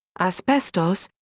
asbestos,